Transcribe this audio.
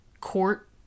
court